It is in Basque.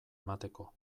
emateko